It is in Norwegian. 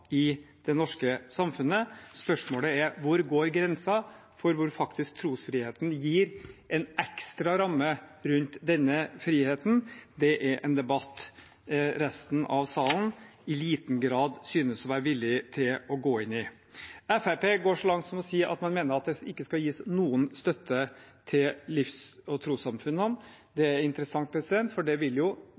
i det norske samfunnet. Spørsmålet er hvor grensen går for hvor trosfriheten gir en ekstra ramme rundt denne friheten. Det er en debatt resten av salen i liten grad synes å være villig til å gå inn i. Fremskrittspartiet går så langt som til å si at man mener det ikke skal gis noen støtte til tros- og livssynssamfunnene. Det er interessant, for det vil